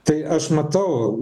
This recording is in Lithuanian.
tai aš matau